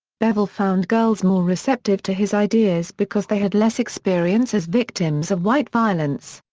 bevel found girls more receptive to his ideas because they had less experience as victims of white violence.